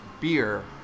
beer